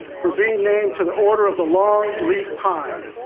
for being named to the order of the long leaf pine,